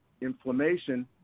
inflammation